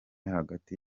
hagati